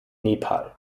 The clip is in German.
nepal